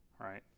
right